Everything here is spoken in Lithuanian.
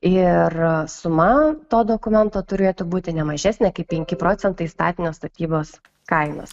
ir suma to dokumento turėtų būti ne mažesnė kaip penki procentai statinio statybos kainos